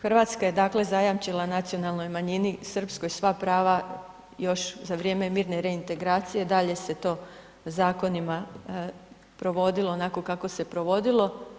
Hrvatska je dakle zajamčila nacionalnoj manjini srpskoj sva prava još za vrijeme mirne reintegracije, dalje se to zakonima provodilo onako kako se provodilo.